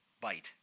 bite